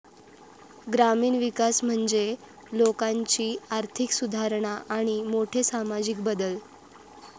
ग्रामीण विकास म्हणजे लोकांची आर्थिक सुधारणा आणि मोठे सामाजिक बदल